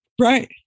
Right